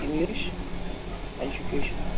English education